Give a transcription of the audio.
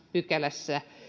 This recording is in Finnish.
pykälässä